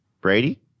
Brady